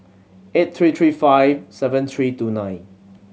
eight three three five seven three two nine